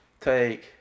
take